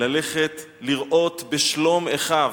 ללכת לראות בשלום אחיו,